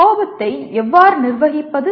கோபத்தை எவ்வாறு நிர்வகிப்பது